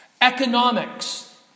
Economics